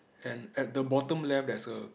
and at the bottom left there's a